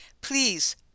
Please